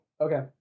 okay